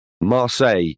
Marseille